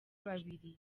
bibiri